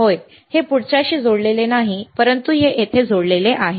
होय हे पुढच्याशी जोडलेले नाही परंतु हे हे येथे जोडलेले आहे